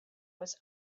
was